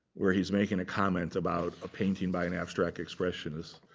where he's making a comment about a painting by an abstract expressionist.